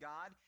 God